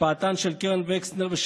קרן וקסנר,